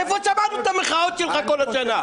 איפה היית עם המחאות שלך כל השנה?